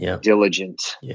diligent